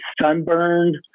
sunburned